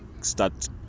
start